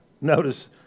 Notice